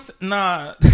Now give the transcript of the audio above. nah